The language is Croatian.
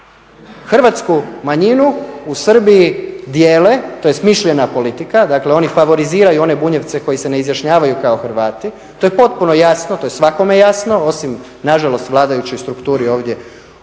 Hrvatsku manjinu u Srbiji dijele, to je smišljena politika, dakle oni favoriziraju one Bunjevce koji se ne izjašnjavaju kao Hrvati, to je potpuno jasno, to je svakome jasno, osim nažalost vladajućoj strukturi ovdje